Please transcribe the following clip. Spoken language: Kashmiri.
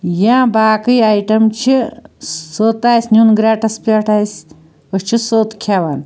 یا باقٕے آیٹم چھِ سٔت آسہِ نیٛن گرٛیٚٹَس پٮ۪ٹھ اسہِ أسۍ چھِ سٔت کھیٚوان